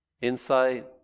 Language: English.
Insight